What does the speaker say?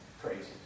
crazy